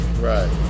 Right